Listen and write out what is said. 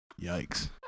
yikes